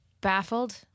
baffled